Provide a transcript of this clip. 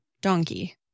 donkey